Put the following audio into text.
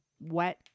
wet